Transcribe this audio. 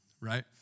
right